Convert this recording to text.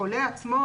החולה עצמו